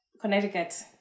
Connecticut